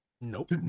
Nope